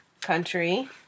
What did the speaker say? country